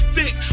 Thick